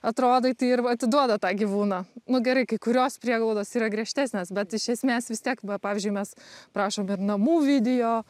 atrodai tai ir atiduoda tą gyvūną nu gerai kai kurios prieglaudos yra griežtesnės bet iš esmės vis tiek va pavyzdžiui mes prašom ir namų video